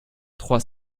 trois